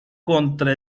contra